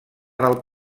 del